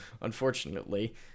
unfortunately